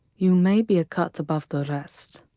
you may be a cut above the rest.